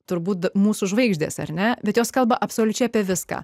turbūt mūsų žvaigždės ar ne bet jos kalba absoliučiai apie viską